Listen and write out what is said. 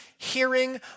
hearing